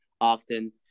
often